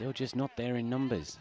they're just not there in numbers